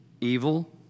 evil